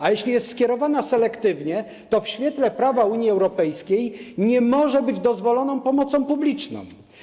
A jeśli jest skierowana selektywnie, to w świetle prawa Unii Europejskiej nie może być dozwoloną pomocą publiczną.